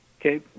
Okay